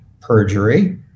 perjury